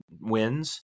wins